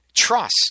Trust